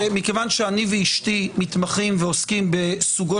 מכיוון שאני ואשתי מתמחים ועוסקים בסוגות